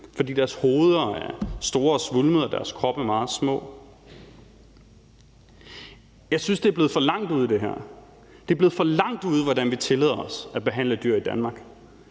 fordi deres hoveder er store og svulmede og deres kroppe meget små. Jeg synes, at det blevet for langt ude. Det er blevet for langt ude, hvordan vi tillader os at behandle dyr i Danmark.